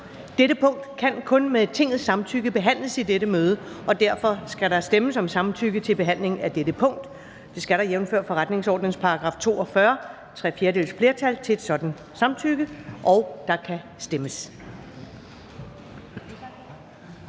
Dette punkt kan kun med Tingets samtykke behandles i dette møde, og derfor skal der stemmes om samtykke til behandlingen af dette punkt. Der skal jf. forretningsordenens § 42 tre fjerdedeles flertal til et sådant samtykke. Kl. 17:30 Afstemning